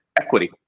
equity